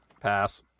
Pass